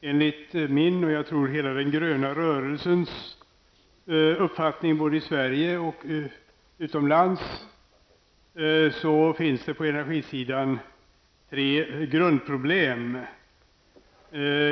Enligt min och jag tror hela den gröna rörelsens uppfattning, både i Sverige och utomlands, finns det på energisidan tre grundproblem.